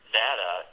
data